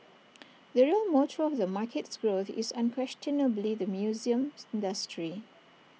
the real motor of the market's growth is unquestionably the museum industry